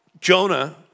Jonah